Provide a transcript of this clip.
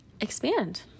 expand